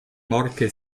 marke